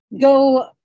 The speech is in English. go